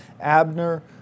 Abner